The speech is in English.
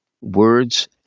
words